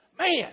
Man